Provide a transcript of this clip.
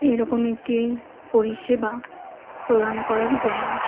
এরকম একটি পরিষেবা প্রদান করার জন্য